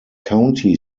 county